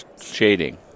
shading